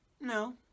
No